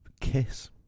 Kiss